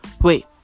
Wait